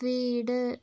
വീട്